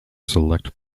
select